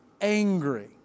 angry